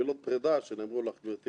דב